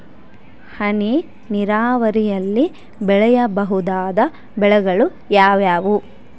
ಹನಿ ನೇರಾವರಿಯಲ್ಲಿ ಬೆಳೆಯಬಹುದಾದ ಬೆಳೆಗಳು ಯಾವುವು?